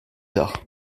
tard